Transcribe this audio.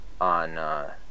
on